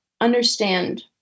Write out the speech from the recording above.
understand